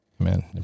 Amen